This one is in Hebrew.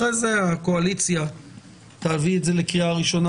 אחרי זה הקואליציה תביא את זה לקריאה הראשונה,